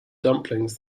dumplings